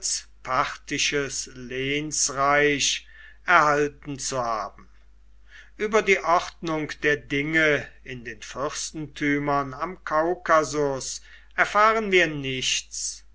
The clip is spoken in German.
parthisches lehnsreich erhalten zu haben über die ordnung der dinge in den fürstentümern am kaukasus erfahren wir nichts